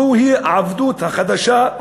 זוהי העבדות החדשה,